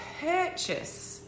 purchase